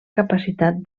capacitat